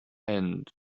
and